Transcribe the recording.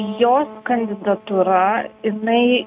jos kandidatūra jinai